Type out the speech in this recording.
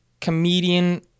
comedian